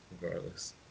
regardless